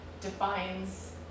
defines